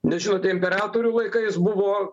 nes žinote imperatorių laikais buvo